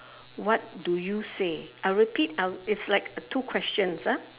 what do you say I'll repeat I'll it's like a two questions ah